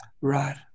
Right